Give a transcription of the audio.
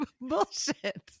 Bullshit